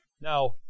Now